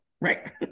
Right